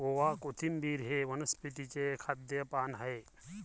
ओवा, कोथिंबिर हे वनस्पतीचे खाद्य पान आहे